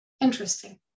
Interesting